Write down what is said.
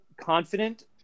confident